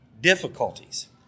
difficulties